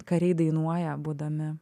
kariai dainuoja būdami